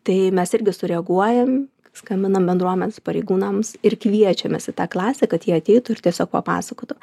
tai mes irgi sureaguojam skambinam bendruomenės pareigūnams ir kviečiamės į tą klasę kad jie ateitų ir tiesiog papasakotų